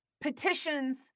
Petitions